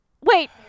Wait